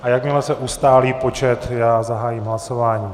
A jakmile se ustálí počet, zahájím hlasování.